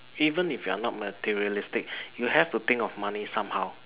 even if you're not materialistic you have to think of money somehow